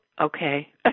Okay